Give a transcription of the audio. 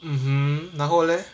mmhmm 然后 leh